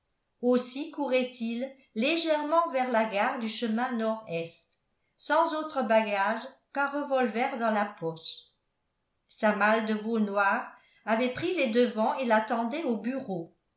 aussi courait il légèrement vers la gare du chemin nord-est sans autre bagage qu'un revolver dans la poche sa malle de veau noir avait pris les devants et l'attendait au bureau